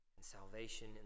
salvation